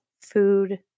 food